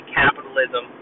capitalism